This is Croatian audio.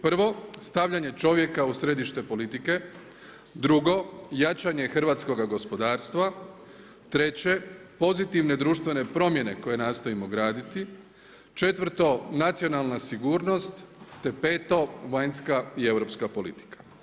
Prvo, stavljanje čovjeka u središte politike, drugo jačanje hrvatskoga gospodarstva, treće pozitivne društvene promjene koje nastojimo graditi, četvrto nacionalna sigurnost, peto vanjska i europska politika.